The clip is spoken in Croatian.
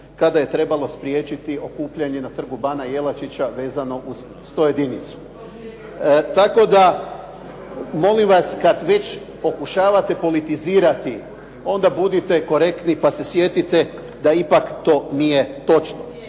kada je trebalo spriječiti okupljanje na Trgu Bana Jelačića vezano uz 101-icu. Tako da, molim vas kad već pokušavate politizirati, onda budite korektni pa se sjetite da ipak to nije točno.